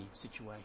situation